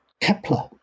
Kepler